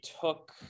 took